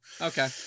Okay